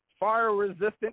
fire-resistant